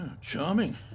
Charming